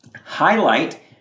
Highlight